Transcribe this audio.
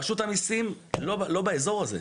רשות המיסים לא באזור הזה.